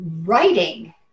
writing